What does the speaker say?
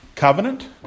Covenant